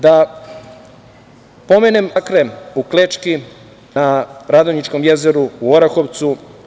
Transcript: Da pomenem masakre u Klečki na Radonjičkom jezeru, u Orahovcu.